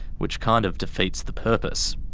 which kind of defeats the purpose.